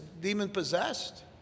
demon-possessed